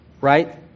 Right